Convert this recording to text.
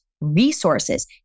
Resources